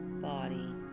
body